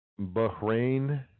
Bahrain